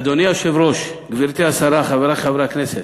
אדוני היושב-ראש, גברתי השרה, חברי חברי הכנסת,